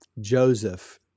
Joseph